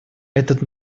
этот